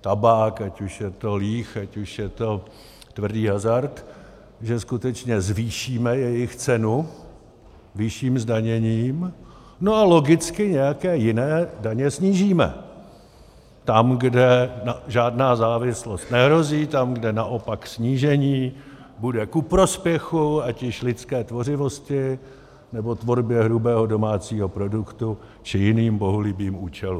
tabák, ať už je to líh, ať už je to tvrdý hazard, že skutečně zvýšíme jejich cenu vyšším zdaněním a logicky nějaké jiné daně snížíme tam, kde žádná závislost nehrozí, tam, kde naopak snížení bude ku prospěchu ať již lidské tvořivosti, nebo tvorbě hrubého domácího produktu či jiným bohulibým účelům.